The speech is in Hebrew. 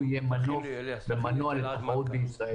במסגרת יום החקלאות בכנסת נקיים דיון בנושא